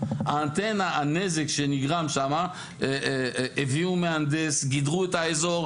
הנזק שנגרם שם, הביאו מהנדס, גידרו את האזור.